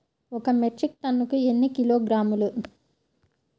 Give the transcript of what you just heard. ఒక మెట్రిక్ టన్నుకు ఎన్ని కిలోగ్రాములు?